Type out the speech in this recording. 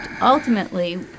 ultimately